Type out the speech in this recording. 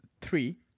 three